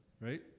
right